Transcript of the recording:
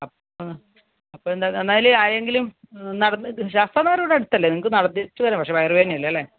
അപ്പം അപ്പം എന്താണ് എന്നാൽ ആരെങ്കിലും നടന്നിട്ട് ശാസ്താംനഗർ ഇവിടെയടുത്തല്ലേ നിങ്ങൾക്ക് നടന്നിട്ട് വരാം പക്ഷെ വയറു വേദനയല്ലേ അല്ലേ